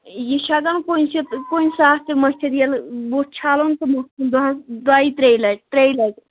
یہِ چھِ ہیٚکان کُنتہِ کُنہِ سات تہِ مٔتھِتھ ییٚلہِ بُتھ چھَلُن تہٕ مَتھُن دۄہَس دۄیہِ ترٛیہِ لَٹہِ ترٛیٚیہِ لَٹہِ